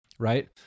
right